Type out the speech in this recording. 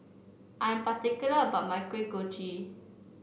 I'm particular about my Kuih Kochi